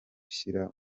gushyira